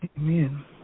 Amen